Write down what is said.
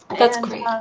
that's great.